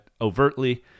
overtly